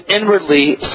inwardly